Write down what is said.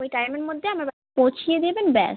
ওই টাইমের মধ্যে আমার পৌঁছে দেবেন ব্যস